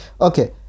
Okay